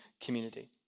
community